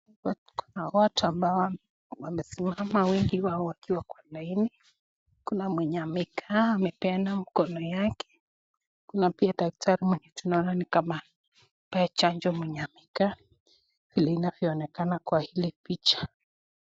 Hapa kuna watu ambao wamesimama wengi wakiwa kwa laini, kuna mwenye amekaa amepeana mkono yake, kuna pia daktari mwenye tunaona ni kama anapea chanjo mwenye amekaa, ilivyoonekana kwa hili picha.